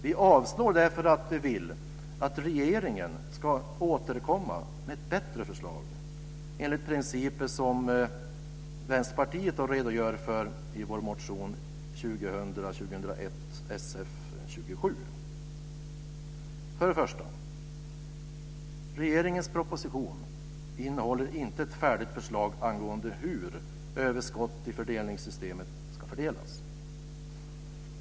Vi avstyrker därför att vi vill att regeringen ska återkomma med ett bättre förslag, enligt principer som Vänsterpartiet redogör för i motion För det första: Regeringens proposition innehåller inte ett färdigt förslag angående hur överskott i fördelningssystemet ska fördelas.